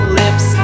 lips